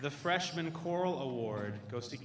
the freshman choral award goes to